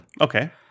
Okay